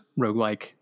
roguelike